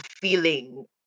feeling